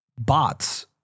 bots